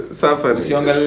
suffering